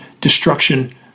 destruction